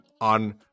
on